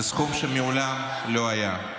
זה סכום שמעולם לא היה.